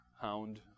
hound